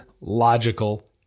logical